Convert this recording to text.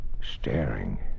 staring